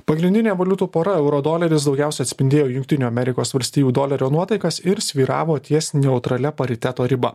pagrindinė valiutų pora euro doleris daugiausia atspindėjo jungtinių amerikos valstijų dolerio nuotaikas ir svyravo ties neutralia pariteto riba